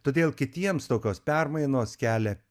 todėl kitiems tokios permainos kelia